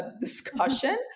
discussion